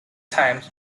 times